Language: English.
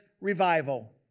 revival